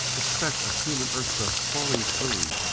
a speck of human earth dust falling free.